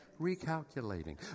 recalculating